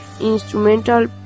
instrumental